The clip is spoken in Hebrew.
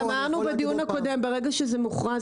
גם אמרנו בדיון הקודם שברגע שזה מוכרז